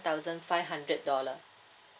thousand five hundred dollar